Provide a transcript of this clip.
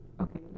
Okay